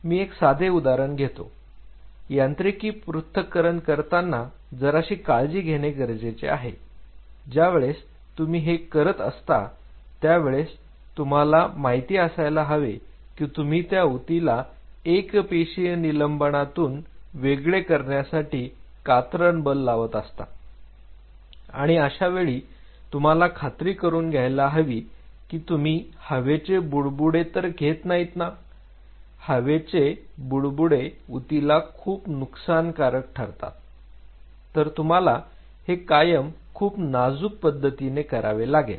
मी एक साधे उदाहरण घेतो यांत्रिकी पृथक्करण करताना जराशी काळजी घेणे गरजेचे आहे ज्या वेळेस तुम्ही हे करत असता त्या वेळेस तुम्हाला माहित असायला हवे की तुम्ही त्या ऊतीला एक पेशीय निलंबनातून वेगळे करण्यासाठी कात्रण बल लावत असता आणि अशावेळी तुम्हाला खात्री करून घ्यायला हवी की तुम्ही हवेचे बुडबुडे तर घेत नाहीत ना हवेचे बुडबुडे ऊतीला खूप नुकसानकारक ठरतात तर तुम्हाला हे कायम खूप नाजूक पद्धतीने करावे लागेल